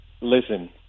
listen